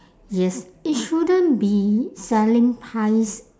yes it shouldn't be selling pies